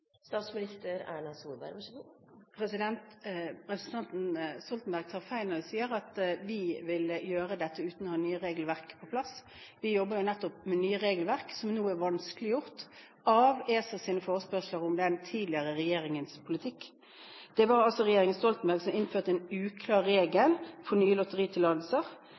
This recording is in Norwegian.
Representanten Stoltenberg tar feil når han sier at vi vil gjøre dette uten å ha nye regelverk på plass. Vi jobber nettopp med nye regelverk, som nå er vanskeliggjort av ESAs forespørsler om den tidligere regjeringens politikk. Det var regjeringen Stoltenberg som innførte en uklar regel for nye lotteritillatelser,